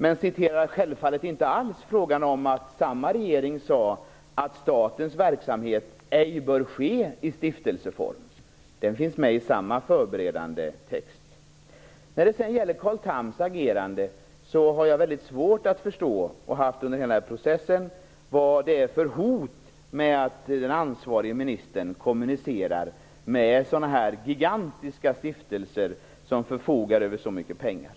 Men han återger självfallet inte alls det som samma regering sade om att statens verksamhet ej bör ske i stiftelseform. Det finns med i samma förberedande text. När det sedan gäller Carl Thams agerande, har jag väldigt svårt att förstå, och har så haft under hela den här processen, vad det är för hot med att den ansvarige ministern kommunicerar med sådana här gigantiska stiftelser, som förfogar över så mycket pengar.